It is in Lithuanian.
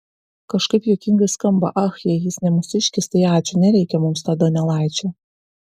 kažkaip juokingai skamba ach jei jis ne mūsiškis tai ačiū nereikia mums to donelaičio